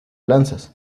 lanzas